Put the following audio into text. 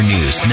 News